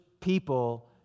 people